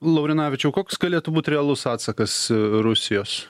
laurinavičiau koks galėtų būti realus atsakas rusijos